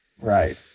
right